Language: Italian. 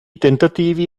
tentativi